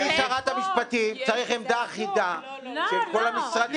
מה מתוך המינויים האלה הם מינויים שלא נעשים על-ידי